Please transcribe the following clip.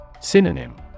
Synonym